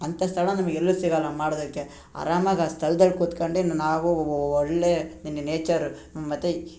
ಅಂಥ ಸ್ಥಳ ನಮಗೆ ಎಲ್ಲೂ ಸಿಗಲ್ಲ ಮಾಡೋದಕ್ಕೆ ಆರಾಮಾಗಿ ಆ ಸ್ಥಳ್ದಲ್ಲಿ ಕೂತ್ಕಂಡೆ ನಾವು ಒಳ್ಳೆಯ ನೇಚರ್ ಮತ್ತು